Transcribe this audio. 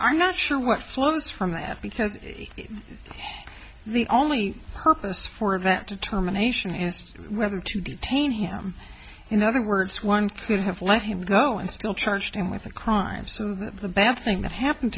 i'm not sure what flows from that because the only purpose for of that determination is whether to detain him in other words one could have let him go and still charge him with a crime so the bad thing that happened